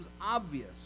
obvious